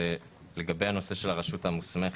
לגבי הנושא של הרשות המוסמכת.